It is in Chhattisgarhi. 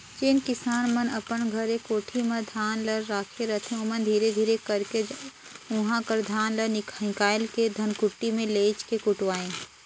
जेन किसान मन अपन घरे कोठी में धान ल राखे रहें ओमन धीरे धीरे कइरके उहां कर धान ल हिंकाएल के धनकुट्टी में लेइज के कुटवाएं